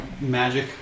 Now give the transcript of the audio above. magic